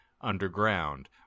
underground